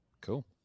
Cool